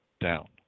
down